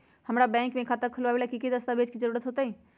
हमरा के बैंक में खाता खोलबाबे ला की की दस्तावेज के जरूरत होतई?